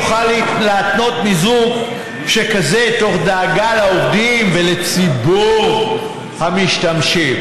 נוכל להתנות מיזוג שכזה תוך דאגה לעובדים ולציבור המשתמשים,